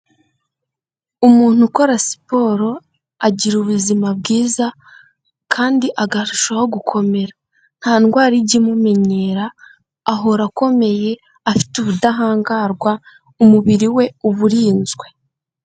Umuntu ukora siporo agira ubuzima bwiza kandi akarushaho gukomera, nta ndwara ijya imumenyera, ahora akomeye afite ubudahangarwa umubiri we uba urinzwe.